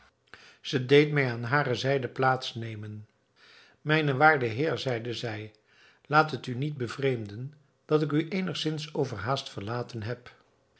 zij deed mij aan hare zijde plaats nemen mijn waarde heer zeide zij laat het u niet bevreemden dat ik u eenigzins overhaast verlaten heb